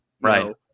right